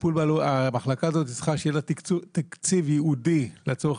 המחלקה הזאת צריכה שיהיה לה תקציב ייעודי לצורך